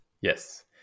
Yes